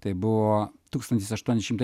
tai buvo tūkstantis aštuoni šimtai